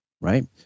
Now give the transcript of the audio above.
right